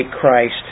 Christ